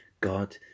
God